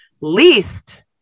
least